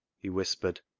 he whispered.